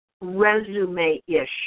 resume-ish